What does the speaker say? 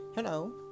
Hello